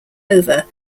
over